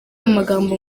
amagambo